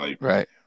Right